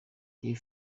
iyi